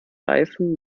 reifen